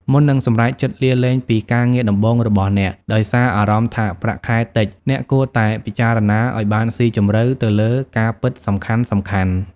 មុននឹងសម្រេចចិត្តលាលែងពីការងារដំបូងរបស់អ្នក ដោយសារអារម្មណ៍ថាប្រាក់ខែតិច អ្នកគួរតែពិចារណាឲ្យបានស៊ីជម្រៅទៅលើការពិតសំខាន់ៗ។